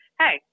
hey